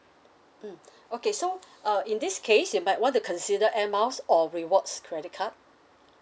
mm okay so uh in this case you might want to consider air miles or rewards credit card